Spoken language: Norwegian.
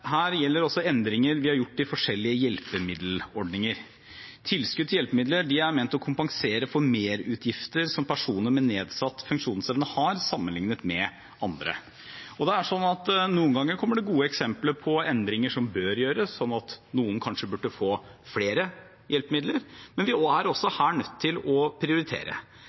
gjelder endringer vi har gjort i forskjellige hjelpemiddelordninger. Tilskudd til hjelpemidler er ment å kompensere for merutgifter som personer med nedsatt funksjonsevne har sammenlignet med andre. Noen ganger kommer det gode eksempler på endringer som bør gjøres, slik at noen kanskje burde få flere hjelpemidler, men også her er vi nødt til å prioritere.